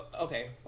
Okay